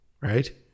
right